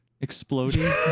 exploding